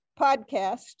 podcast